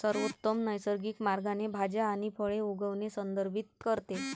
सर्वोत्तम नैसर्गिक मार्गाने भाज्या आणि फळे उगवणे संदर्भित करते